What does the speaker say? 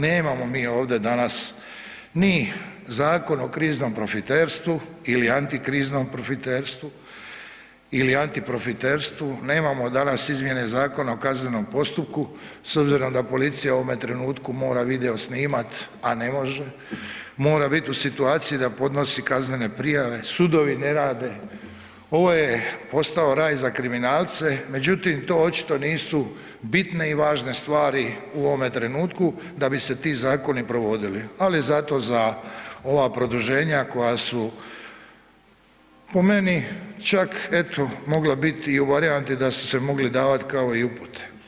Nemamo mi ovdje danas ni Zakon o kriznom profiterstvu ili antikriznom profiterstvu ili antiprofiterstvu, nemamo danas izmjene ZKP-a, s obzirom da policija u ovom trenutku mora video snimat a ne može, mora bit u situaciji da podnosi kaznen prijave, sudovi ne rade, ovo je postao raj za kriminalce međutim to očito nisu bitne i važne stvari u ovom trenutku da bi se ti zakoni provodili, ali zato za ova produženja koja su po meni čak eto, mogla biti i u varijanti da su se mogli davat kao i upute.